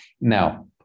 Now